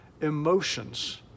emotions